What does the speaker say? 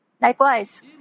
Likewise